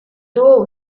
duo